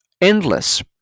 Endless